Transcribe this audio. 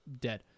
dead